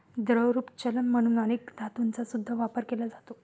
द्रवरूप चलन म्हणून अनेक धातूंचा सुद्धा वापर केला जातो